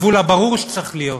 הגבול הברור שצריך להיות